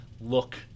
look